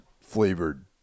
flavored